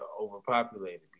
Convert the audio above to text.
overpopulated